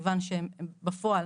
לדעתי